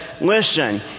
listen